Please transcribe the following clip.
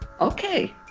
Okay